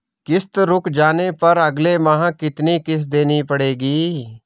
किश्त रुक जाने पर अगले माह कितनी किश्त देनी पड़ेगी?